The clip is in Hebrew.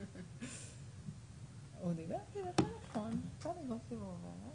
זה נושא חשוב.